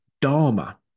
Dharma